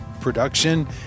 production